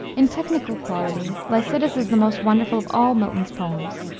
in technical quality lycidas is the most wonderful of all milton's poems.